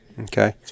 Okay